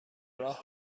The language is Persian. راه